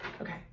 okay